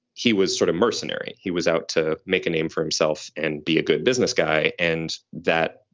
he was sort of mercenary. he was out to make a name for himself and be a good business guy. and that,